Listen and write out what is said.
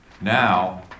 now